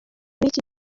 n’iki